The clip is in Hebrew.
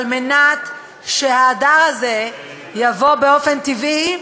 כדי שההדר הזה יבוא באופן טבעי,